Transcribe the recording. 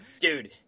Dude